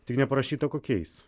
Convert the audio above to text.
tik neparašyta kokiais